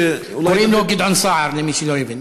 קוראים לו גדעון סער, למי שלא הבין.